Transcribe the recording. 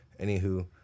Anywho